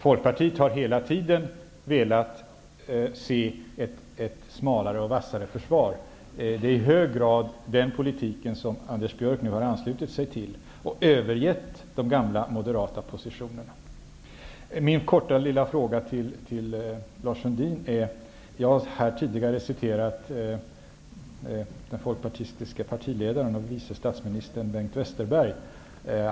Folkpartiet har hela tiden velat se ett smalare och vassare försvar. Det är i hög grad den politik som Anders Björck nu har anslutit sig till och därmed övergett de gamla moderata positionerna. Jag har tidigare citerat den folkpartistiske partiledaren och vice statsministern Bengt Westerberg.